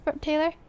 Taylor